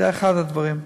זה אחד הדברים.